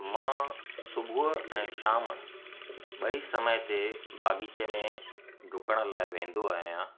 मां सुबुह ऐं शाम ॿई समय ते बाग़ीचे में डुकण लाइ वेंदो आहियां